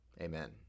Amen